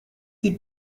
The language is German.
die